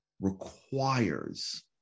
requires